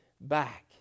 back